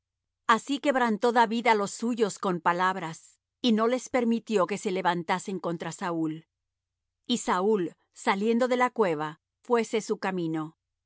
así quebrantó david á los suyos con palabras y no les permitió que se levantasen contra saúl y saúl saliendo de la cueva fuése su camino